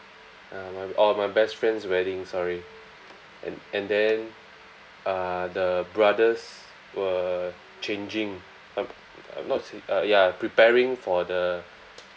uh my orh my best friend's wedding sorry and and then uh the brothers were changing uh not say uh ya preparing for the